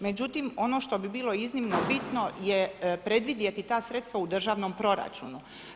Međutim, ono što bi bilo iznimno bitno je predvidjeti ta sredstva u državnom proračunu.